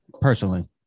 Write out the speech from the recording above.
Personally